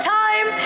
time